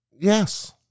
Yes